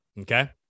okay